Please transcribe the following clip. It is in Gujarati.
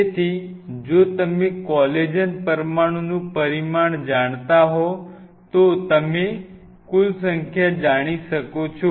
તેથી જો તમે કોલેજન પરમાણુનું પરિમાણ જાણતા હોવ તો તમે કુલ સંખ્યા જાણી શકો છો